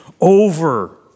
over